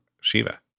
Shiva